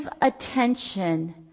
attention